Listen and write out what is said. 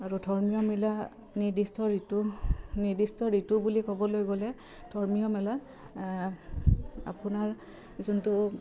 আৰু ধৰ্মীয় মেলা নিৰ্দিষ্ট ঋতু নিৰ্দিষ্ট ঋতু বুলি ক'বলৈ গ'লে ধৰ্মীয় মেলাত আপোনাৰ যোনটো